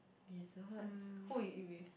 desserts who you eat with